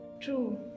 True